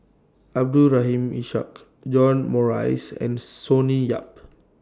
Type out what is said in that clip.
Abdul Rahim Ishak John Morrice and Sonny Yap